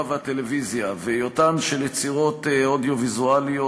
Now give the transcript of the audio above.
והטלוויזיה והיותן של יצירות אודיו-ויזואליות